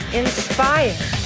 inspired